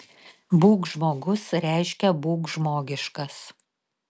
būk žmogus reiškia būk žmogiškas